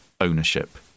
ownership